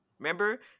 Remember